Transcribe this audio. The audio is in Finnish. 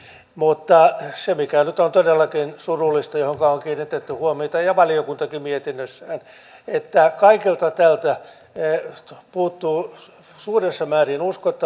mutta se mikä nyt on todellakin surullista ja mihinkä on kiinnitetty huomiota valiokuntakin mietinnössään on se että kaikelta tältä puuttuu suuressa määrin uskottavuus